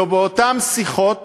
ובאותן שיחות